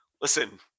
Listen